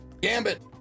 gambit